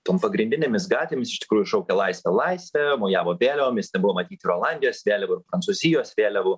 tom pagrindinėmis gatvėmis iš tikrųjų šaukė laisvė laisvė mojavo vėliavomis ten buvo matyti ir olandijos vėliava ir prancūzijos vėliavų